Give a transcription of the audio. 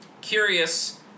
Curious